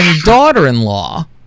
daughter-in-law